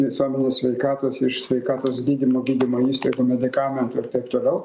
visuomenės sveikatos iš sveikatos gydymo gydymo įstaigų medikamentų ir taip toliau